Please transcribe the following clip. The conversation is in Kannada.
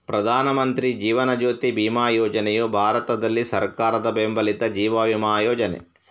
ಪ್ರಧಾನ ಮಂತ್ರಿ ಜೀವನ್ ಜ್ಯೋತಿ ಬಿಮಾ ಯೋಜನೆಯು ಭಾರತದಲ್ಲಿ ಸರ್ಕಾರದ ಬೆಂಬಲಿತ ಜೀವ ವಿಮಾ ಯೋಜನೆ